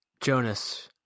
Jonas